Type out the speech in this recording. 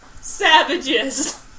savages